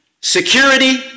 security